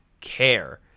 care